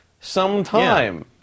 sometime